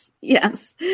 Yes